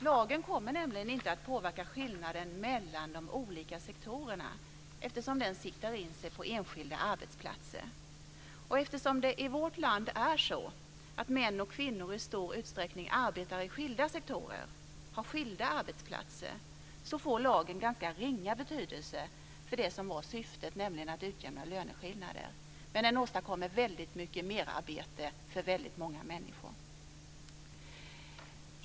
Lagen kommer inte att påverka skillnaden mellan de olika sektorerna eftersom den siktar in sig på enskilda arbetsplatser. Eftersom det i vårt land är så att män och kvinnor i stor utsträckning arbetar inom skilda sektorer och på skilda arbetsplatser, får lagen ganska ringa betydelse för det som var syftet, nämligen att utjämna löneskillnader, samtidigt som den åstadkommer mycket merarbete för väldigt många människor.